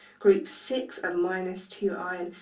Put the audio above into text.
group six a minus two ion,